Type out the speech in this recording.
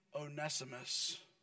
Onesimus